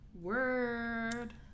word